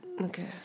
Okay